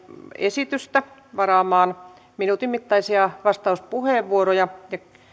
esitystä varaamaan minuutin mittaisia vastauspuheenvuoroja ja